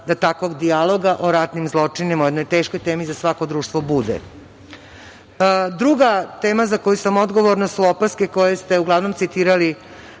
da takvog dijaloga o ratnim zločinima, o jednoj teškoj temi za svako društvo bude. Druga tema za koju sam odgovorna su opaske koje ste uglavnom citirali.